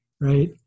right